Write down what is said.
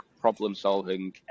problem-solving